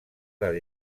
del